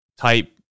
type